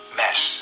mess